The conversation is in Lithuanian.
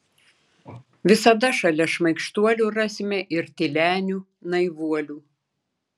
visada šalia šmaikštuolių rasime ir tylenių naivuolių